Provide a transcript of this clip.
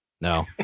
No